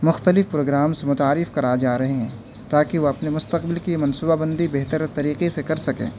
مختلف پروگرامس متعارف کرائے جا رہے ہیں تاکہ وہ اپنے مستقبل کی منصوبہ بندی بہتر طریقے سے کر سکیں